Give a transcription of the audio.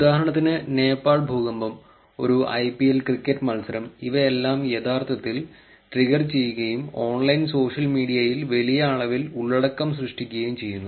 ഉദാഹരണത്തിന് നേപ്പാൾ ഭൂകമ്പം ഒരു ഐപിഎൽ ക്രിക്കറ്റ് മത്സരം ഇവയെല്ലാം യഥാർത്ഥത്തിൽ ട്രിഗർ ചെയ്യുകയും ഓൺലൈൻ സോഷ്യൽ മീഡിയയിൽ വലിയ അളവിൽ ഉള്ളടക്കം സൃഷ്ടിക്കുകയും ചെയ്യുന്നു